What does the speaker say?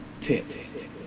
Tips